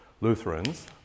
Lutherans